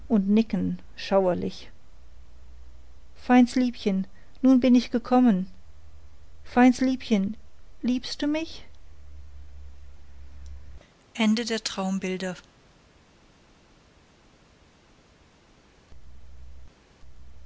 und nicken schauerlich feins liebchen nun bin ich gekommen feins liebchen liebst du mich